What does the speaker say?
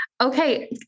Okay